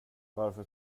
varför